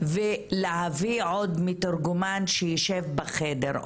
ולהביא עוד מתורגמן שיישב בחדר,